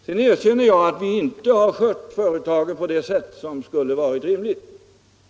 Jag erkänner att vi inte har skött NJA på det sätt som skulle varit rimligt.